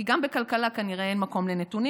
כי גם בכלכלה כנראה אין מקום לנתונים.